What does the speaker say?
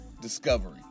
discovery